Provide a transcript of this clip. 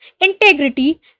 integrity